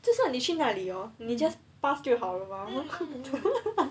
就算你去哪里 hor 你 just pass 就好了 lor